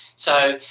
so,